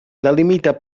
delimita